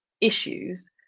issues